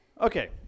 Okay